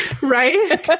Right